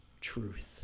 truth